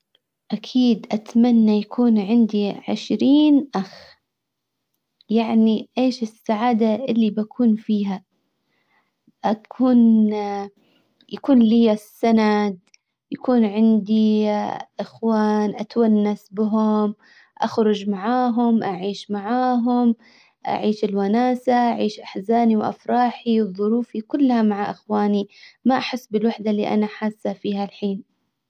اكيد اتمنى يكون عندي عشرين اخ. يعني ايش السعادة اللي بكون فيها? اكون يكون لي السند. يكون عندي اخوان اتونس بهم. اخرج معاهم اعيش معاهم. اعيش الوناسة اعيش احزاني وافراحي وظروفي كلها مع اخواني. ما احس بالوحدة اللي انا حاسة فيها الحين.